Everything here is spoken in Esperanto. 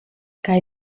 kaj